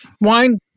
wine